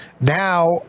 Now